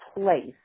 place